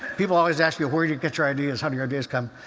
people always ask me, where do you get your ideas, how do your ideas come?